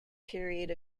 period